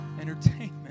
entertainment